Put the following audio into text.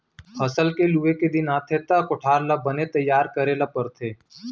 फसल के लूए के दिन आथे त कोठार ल बने तइयार करे ल परथे